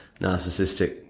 narcissistic